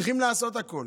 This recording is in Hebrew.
צריכים לעשות הכול